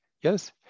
Yes